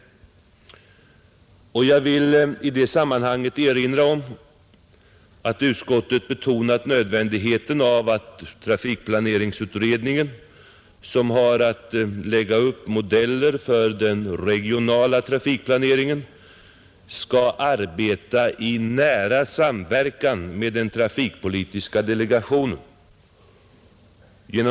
Jag vill i det sammanhanget erinra om att utskottet betonat nödvändigheten av att trafikplaneringsutredningen som har att göra upp modeller för den regionala trafikplaneringen skall arbeta i nära samverkan med den trafikpolitiska delegationen.